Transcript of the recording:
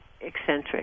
eccentric